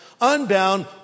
unbound